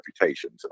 reputations